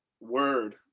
Word